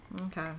Okay